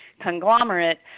conglomerate